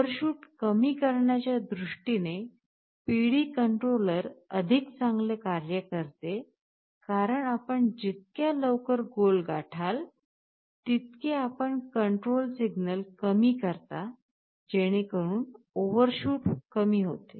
overshoot कमी करण्याच्या दृष्टीने PD कंट्रोलर अधिक चांगले कार्य करते कारण आपण जितक्या लवकर goal गाठाल तितके आपण control सिग्नल कमी करता जेणेकरून ओव्हरशूट कमी होते